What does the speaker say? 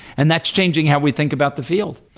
and that's changing how we think about the field.